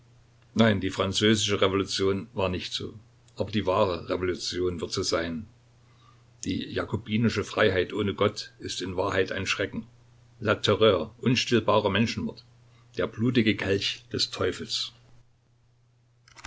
nein die französische revolution war nicht so aber die wahre revolution wird so sein die jakobinische freiheit ohne gott ist in wahrheit ein schrecken la terreur unstillbarer menschenmord der blutige kelch des teufels